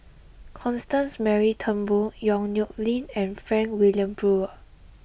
Constance Mary Turnbull Yong Nyuk Lin and Frank Wilmin Brewer